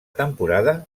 temporada